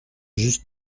just